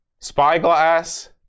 Spyglass